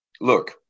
Look